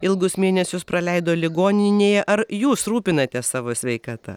ilgus mėnesius praleido ligoninėje ar jūs rūpinatės savo sveikata